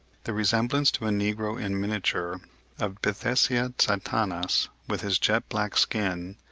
the resemblance to a negro in miniature of pithecia satanas with his jet black skin,